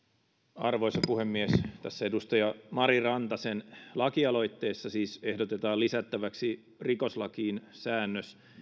arvoisa puhemies tässä edustaja mari rantasen lakialoitteessa siis ehdotetaan lisättäväksi rikoslakiin säännös